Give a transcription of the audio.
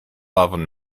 eleven